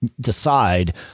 decide